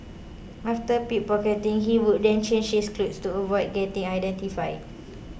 after pick pocketing he would then change his clothes to avoid getting identified